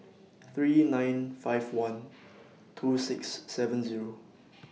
three nine five one two six seven Zero